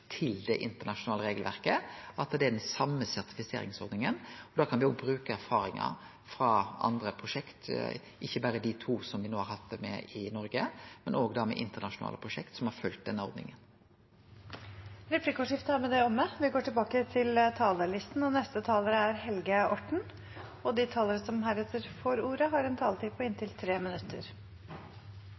til det internasjonale regelverket, at det er den same sertifiseringsordninga. Da kan vi bruke erfaringar frå andre prosjekt, ikkje berre dei to som me no har hatt det med i Noreg, men òg frå internasjonale prosjekt som har følgt denne ordninga. Replikkordskiftet er omme. De talere som heretter får ordet, har også en taletid på inntil 3 minutter.